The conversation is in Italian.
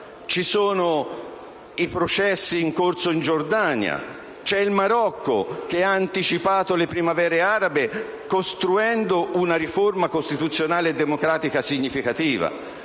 Ci sono i processi in corso in Giordania. C'è il Marocco, che ha anticipato le primavere arabe costruendo una riforma costituzionale democratica significativa,